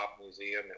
Museum